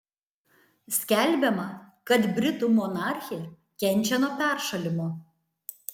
skelbiama kad britų monarchė kenčia nuo peršalimo